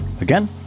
Again